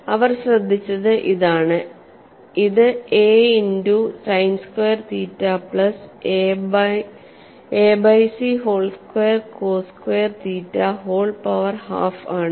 അവർ ശ്രദ്ധിച്ചത് ഇതാണ് ഇത് a into sine square theta plus a by c whole square cos square theta whole power half ആണ്